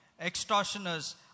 extortioners